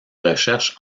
recherches